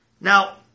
Now